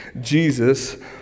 Jesus